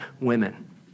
women